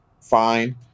fine